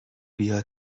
بیاد